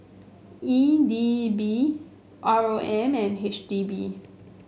E D B R O M and H D B